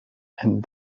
and